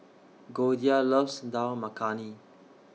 Goldia loves Dal Makhani